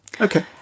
Okay